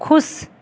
खुश